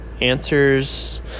answers